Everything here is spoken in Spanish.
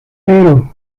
pero